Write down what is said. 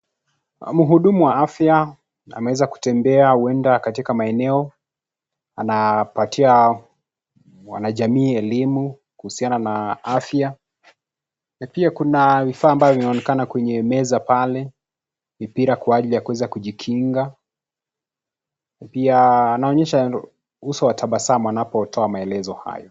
Mhudumu wa afya ameweza kutembea huenda katika maeneo. Anapatia wanajamii elimu kuhusiana na afya, na pia kuna vifaa ambavyo vinaonekana kwenye meza pale, mipira kwa ajili ya kuweza kujikinga. Pia anaonyesha uso wa tabasamu anapotoa maelezo hayo.